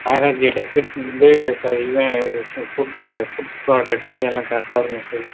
மேரேஜி டெக்ரேஷன்லேருந்து for even food food product வரைலையும் எல்லாம் கரெக்டாக இருக்கணும் சார்